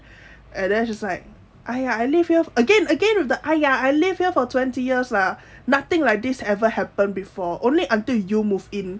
and then she's like !aiya! I live here again again with the !aiya! I live here for twenty years lah nothing like this ever happen before only until you move in